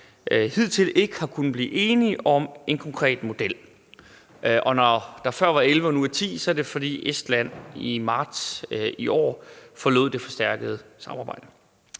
hidtil ikke har kunnet blive enige om en konkret model – og når der før var 11 og nu er 10, er det, fordi Estland i marts i år forlod det forstærkede samarbejde.